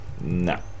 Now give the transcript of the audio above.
No